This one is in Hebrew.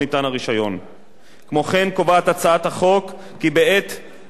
כמו כן קובעת הצעת החוק כי בעת אישור העברת הרשיון